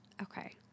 Okay